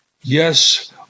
Yes